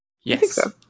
Yes